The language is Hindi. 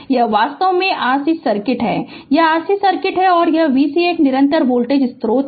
यह वास्तव में RC सर्किट है यह RC सर्किट है और V s एक निरंतर वोल्टेज स्रोत है